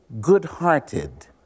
good-hearted